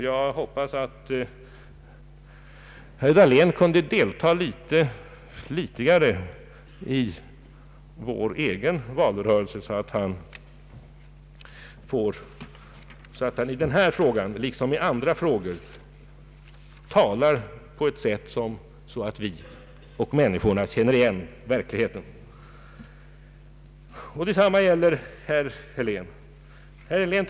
Jag skulle önska att herr Dahlén kunde delta litet flitigare i vår egen valrörelse, så att han i denna fråga — liksom i andra frågor — kunde tala på ett sådant sätt att vi och andra människor känner igen verkligheten. Detsamma gäller herr Helén.